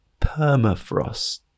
permafrost